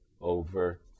over